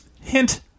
Hint